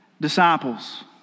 disciples